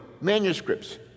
manuscripts